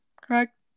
correct